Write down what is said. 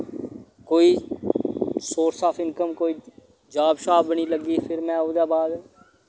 कोई source of income कोई job शॉब बी नेई लगी फिर मैं औह्दे बाद